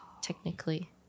Technically